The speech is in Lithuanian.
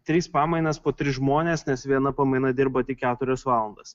tris pamainas po tris žmones nes viena pamaina dirba tik keturias valandas